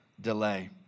delay